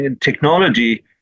technology